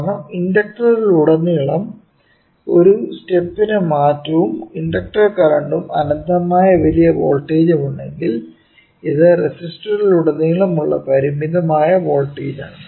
കാരണം ഇൻഡക്ടറിലുടനീളം ഒരു സ്റ്റെപ്പ് മാറ്റവും ഇൻഡക്റ്റർ കറന്റും അനന്തമായ വലിയ വോൾട്ടേജും ഉണ്ടെങ്കിൽ ഇത് റെസിസ്റ്ററിലുടനീളമുള്ള പരിമിതമായ വോൾട്ടേജാണ്